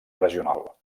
regional